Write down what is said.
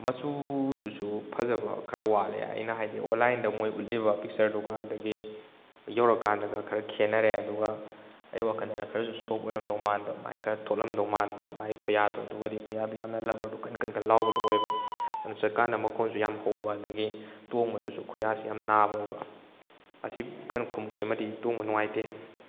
ꯃꯆꯨꯗꯨꯁꯨ ꯐꯖꯕ ꯈꯔ ꯋꯥꯠꯂꯦ ꯑꯩꯅ ꯍꯥꯏꯗꯤ ꯑꯣꯟꯂꯥꯏꯟꯗ ꯃꯣꯏ ꯎꯠꯂꯤꯕ ꯄꯤꯛꯆꯔꯗꯨꯒ ꯑꯗꯒꯤ ꯌꯧꯔꯛꯀꯥꯟꯗꯨꯒ ꯈꯔ ꯈꯦꯠꯅꯔꯦ ꯑꯗꯨꯒ ꯑꯩ ꯋꯥꯈꯜꯗꯅ ꯈꯔꯁꯨ ꯁꯣꯐ ꯑꯣꯏꯔꯝꯗꯧ ꯃꯥꯟꯕ ꯃꯥꯏ ꯈꯔ ꯊꯣꯠꯂꯝꯗꯧ ꯃꯥꯟꯕ ꯃꯥꯏ ꯈꯨꯌꯥꯗꯣ ꯑꯗꯨꯒꯗꯤ ꯈꯨꯌꯥꯗꯨ ꯌꯥꯝꯅ ꯂꯕꯔꯗꯨ ꯀꯟ ꯀꯟ ꯀꯟ ꯂꯥꯎꯕꯗꯨ ꯑꯣꯏꯕ ꯑꯗꯨꯅ ꯆꯠꯀꯥꯟꯗ ꯃꯈꯣꯟꯁꯨ ꯌꯥꯝ ꯍꯧꯕ ꯑꯗꯒꯤ ꯇꯣꯡꯕꯗꯁꯨ ꯈꯨꯌꯥꯁꯤ ꯌꯥꯝ ꯅꯥꯕ ꯑꯣꯏꯕ ꯑꯁꯤ ꯀꯩꯅꯣ ꯈꯨꯃꯨꯛꯁꯤꯃꯗꯤ ꯇꯣꯡꯕ ꯅꯨꯡꯉꯥꯏꯇꯦ